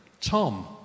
Tom